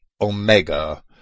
omega